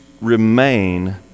remain